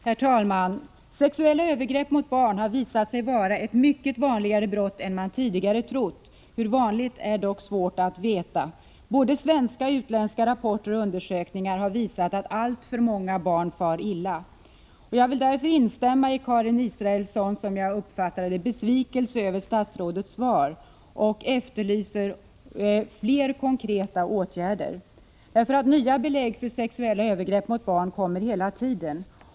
Herr talman! Sexuella övergrepp mot barn har visat sig vara ett mycket vanligare brott än man tidigare hade trott — hur vanligt är dock svårt att veta. Såväl svenska som utländska rapporter och undersökningar har visat att alltför många barn far illa. Jag vill därför instämma i Karin Israelssons — som jag uppfattade det — besvikelse över statsrådets svar och efterlyser fler konkreta åtgärder. Nya belägg för sexuella övergrepp mot barn kommer hela tiden.